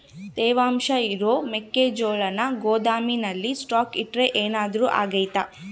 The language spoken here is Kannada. ತೇವಾಂಶ ಇರೋ ಮೆಕ್ಕೆಜೋಳನ ಗೋದಾಮಿನಲ್ಲಿ ಸ್ಟಾಕ್ ಇಟ್ರೆ ಏನಾದರೂ ಅಗ್ತೈತ?